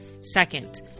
Second